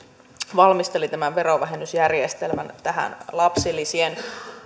valmisteli tämän verovähennysjärjestelmän lapsilisien